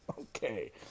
Okay